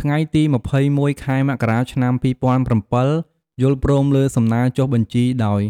ថ្ងៃទី២១ ខែមករា ឆ្នាំ២០០៧ យល់ព្រមលើសំណើចុះបញ្ជីដោយ